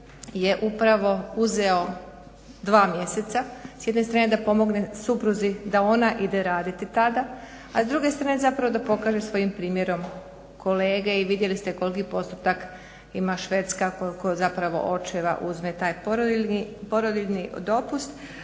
je upravo uzeo dva mjeseca s jedne strane da pomogne supruzi da ona ide raditi tada a s druge strane da pokaže svojim primjerom kolege i vidjeli ste koliki postotak ima Švedska, koliko zapravo očeva uzme taj porodiljni dopust,